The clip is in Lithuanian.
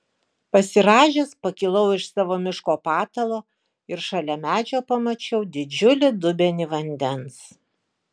pasirąžęs pakilau iš savo miško patalo ir šalia medžio pamačiau didžiulį dubenį vandens